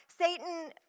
Satan